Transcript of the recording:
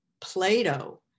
Plato